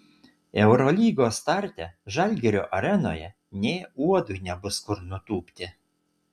eurolygos starte žalgirio arenoje nė uodui nebus kur nutūpti